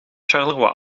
charleroi